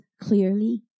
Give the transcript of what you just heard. clearly